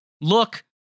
Look